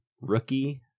rookie